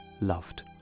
loved